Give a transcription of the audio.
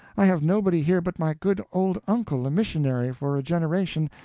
i have nobody here but my good old uncle, a missionary for a generation,